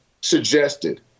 suggested